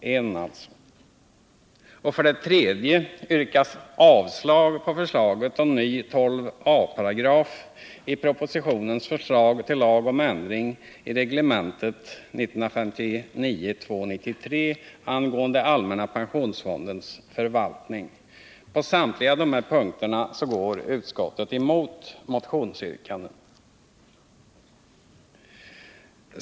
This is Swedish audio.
För det tredje yrkas avslag på förslaget till ny 12 a §i propositionens förslag till lag om ändring i reglementet 1959:293 angående allmänna pensionsfondens förvaltning. På samtliga punkter går utskottet emot motionsyrkandena.